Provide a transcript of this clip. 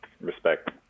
Respect